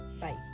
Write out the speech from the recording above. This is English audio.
Bye